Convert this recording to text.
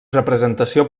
representació